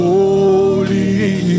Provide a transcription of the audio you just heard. Holy